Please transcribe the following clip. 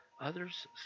others